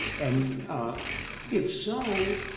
and if so,